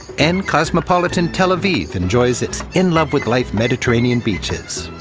and cosmopolitan tel aviv enjoys its in-love-with-life mediterranean beaches.